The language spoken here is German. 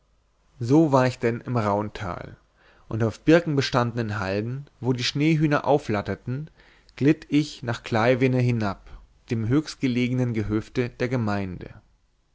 so war ich denn im rauntal und auf birkenbestandenen halden wo die schneehühner aufflatterten glitt ich nach kleivene hinab dem höchstgelegenen gehöfte der gemeinde